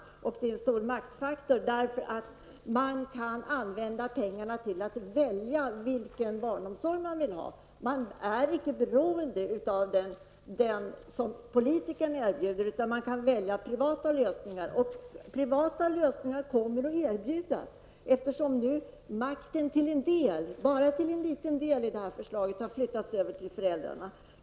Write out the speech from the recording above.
Detta är alltså en stor maktfaktor, eftersom föräldrarna kan använda dessa pengar till att välja vilken barnomsorg de vill ha. De är inte beroende av den som politikerna erbjuder, utan de kan välja privata lösningar. Och privata lösningar kommer att erbjudas eftersom makten nu till en liten del genom detta förslag har flyttats över till föräldrarna.